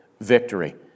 victory